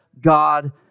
God